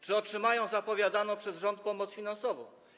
Czy otrzymają zapowiadaną przez rząd pomoc finansową?